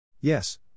Yes